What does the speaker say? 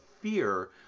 fear